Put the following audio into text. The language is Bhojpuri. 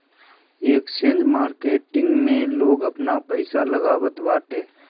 एक्सचेंज मार्किट में लोग आपन पईसा लगावत बाटे